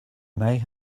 may